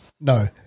No